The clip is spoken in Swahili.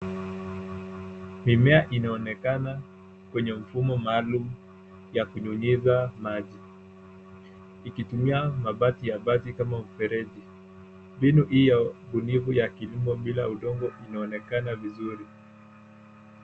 Mimea inaonekana kwenye mfumo maalum ya kunyunyiza maji ikitumia mabaki ya bati kama mfereji. Mbinu hii ya ubunifu ya kilimo bila udongo inaonekana vizuri.